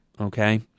Okay